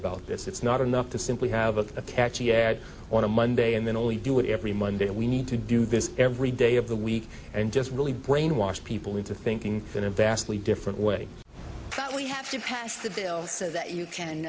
about this it's not enough to simply have a catchy ad on a monday and then only do it every monday we need to do this every day of the week and just really brainwash people into thinking in a vastly different way that we have to pass the bill so that you can